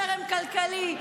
חרם כלכלי,